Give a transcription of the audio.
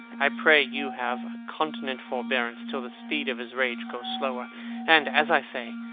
i pray you have a continent forbearance till the speed of his rage goes slower and, as i say,